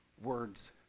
words